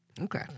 Okay